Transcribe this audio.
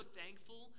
thankful